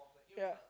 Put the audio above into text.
ya